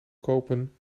kopen